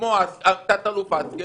כמו את תת אלוף השכל,